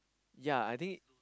ya I think